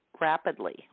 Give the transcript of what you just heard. rapidly